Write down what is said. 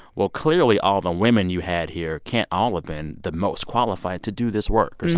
well, clearly all the women you had here can't all have been the most qualified to do this work,